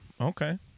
Okay